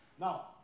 Now